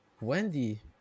Wendy